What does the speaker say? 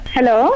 Hello